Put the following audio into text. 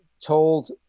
told